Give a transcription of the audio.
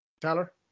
Tyler